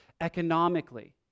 economically